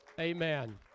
Amen